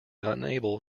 unable